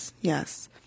Yes